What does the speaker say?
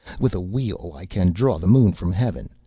with a wheel i can draw the moon from heaven,